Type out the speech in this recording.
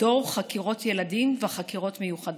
מדור חקירות ילדים וחקירות מיוחדות.